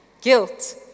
Guilt